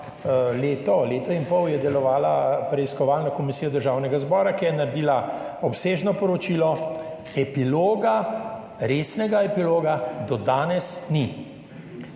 leto in pol, je delovala preiskovalna komisija Državnega zbora, ki je naredila obsežno poročilo. Resnega epiloga do danes ni.